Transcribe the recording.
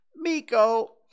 Miko